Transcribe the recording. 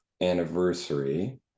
anniversary